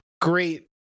great